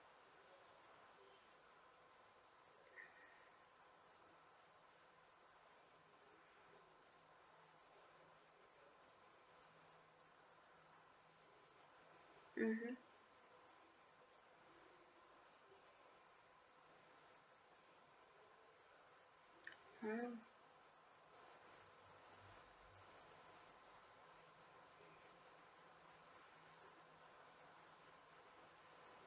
mmhmm mm